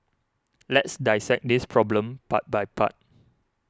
let's dissect this problem part by part